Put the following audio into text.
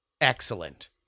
excellent